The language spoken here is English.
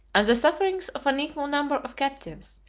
and the sufferings of an equal number of captives,